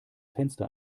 fenster